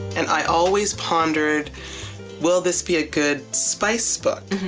and i always pondered will this be a good spice book?